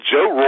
Joe